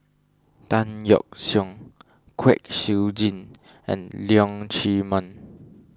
Tan Yeok Seong Kwek Siew Jin and Leong Chee Mun